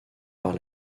par